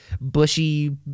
bushy